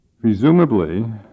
Presumably